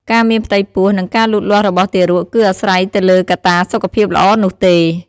ការមានផ្ទៃពោះ និងការលូតលាស់របស់ទារកគឺអាស្រ័យទៅលើកត្តាសុខភាពល្អនោះទេ ។